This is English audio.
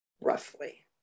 roughly